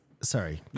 sorry